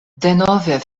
denove